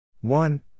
One